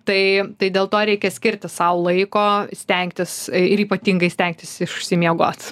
tai tai dėl to reikia skirti sau laiko stengtis ir ypatingai stengtis išsimiegot